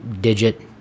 digit